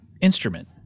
instrument